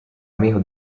amico